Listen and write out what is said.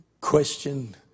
question